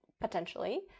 potentially